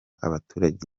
abaturage